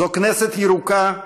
זו כנסת ירוקה,